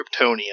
Kryptonian